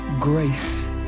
grace